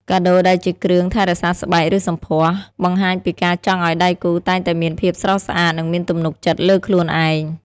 កាដូដែលជាគ្រឿងថែរក្សាស្បែក ឬសម្ផស្ស បង្ហាញពីការចង់ឱ្យដៃគូតែងតែមានភាពស្រស់ស្អាត និងមានទំនុកចិត្តលើខ្លួនឯង។